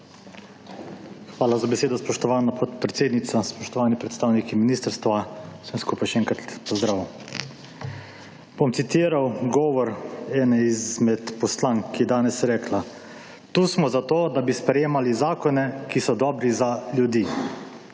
Hvala za besedo, spoštovana podpredsednica. Spoštovani predstavniki ministrstva, vsem skupaj še enkrat lep pozdrav! Bom citiral govor ene izmed poslank, ki je danes rekla: »Tu smo zato, da bi sprejemali zakone, ki so dobri za ljudi.«